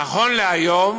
נכון להיום